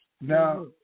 Now